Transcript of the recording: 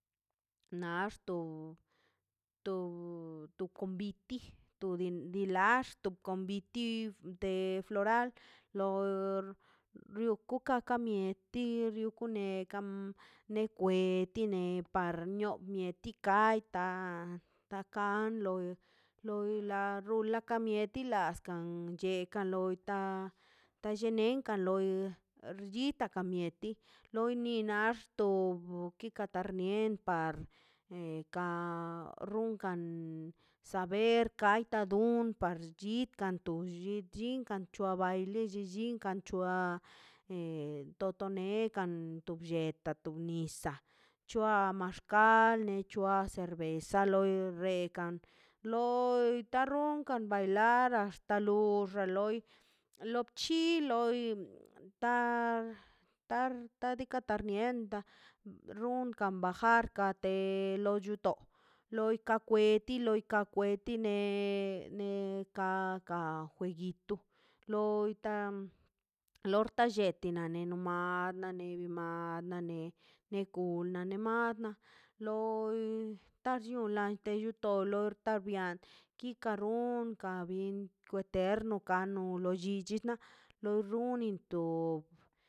Ax to to to conviti naxto to toconviti di lax to conviti de floral lor ruka ka mieti rukan kanekan nekweti ne parnio neti kai ta ta kai loi loi la rula ka mieti las kan cheka los ta talla niekan loi xchita kamieti loi ni naxtob nita karnien par e ka runkan saber kartai dun parlli kanto llillin kan chua baili llinka c̱hoa a toto neka to blleta to nisaꞌ c̱hoa maxkal ne c̱hoa cerveza loi rekan loi ta rronkan bailada axta lo loi lo bc̱hi loi ta tar nika tar mienda runkan bajar a te lo chuto loi kwa kweti ka kweti ne ne ka ka jueguito loi ta lorta lleti na no nar naneni ma nane ne kul na ner ma loi ta llio lante cho llu tar na bian kika runkan bin kweterno lo llichi na lo runin to